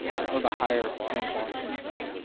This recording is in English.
or but higher rainfall intensities.